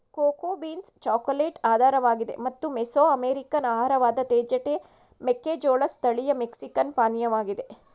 cocoa beans chocolate ಆಧಾರವಾಗಿದೆ ಮತ್ತು Mesoamerican ಆಹಾರವಾದ ತೇಜಟೆ ಮೆಕ್ಕೆಜೋಳದ್ ಸ್ಥಳೀಯ ಮೆಕ್ಸಿಕನ್ ಪಾನೀಯವಾಗಿದೆ